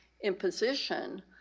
imposition